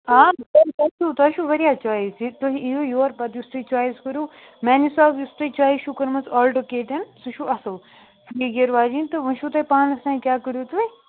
آ تۄہہِ چھُو تۄہہِ چھُو واریاہ چایِس ییٚلہِ تُہۍ یِیِو یور پَتہٕ یُس تُہۍ چایِس کٔرو میٛانہِ حِساب یُس تۄہہِ چایِس چھُو کٔرمٕژ آلٹو کے ٹٮ۪ن سُہ چھُو اَصٕل فِرٛی گِیَر واجیٚنۍ تہٕ وۄنۍ چھُو تۄہہِ پانَس تام کیٛاہ کٔرِو تُہۍ